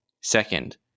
second